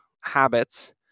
habits